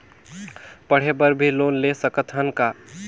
पढ़े बर भी लोन ले सकत हन का?